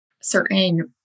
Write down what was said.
certain